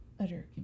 Utter